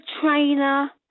trainer